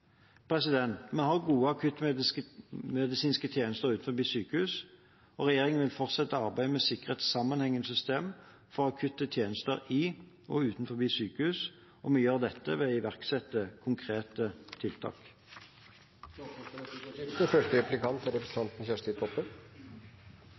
Vi har gode akuttmedisinske tjenester utenfor sykehus, og regjeringen vil fortsette arbeidet med å sikre et sammenhengende system for akutte tjenester i og utenfor sykehus, og vi gjør dette ved å iverksette konkrete tiltak. Det blir replikkordskifte.